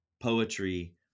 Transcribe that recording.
poetry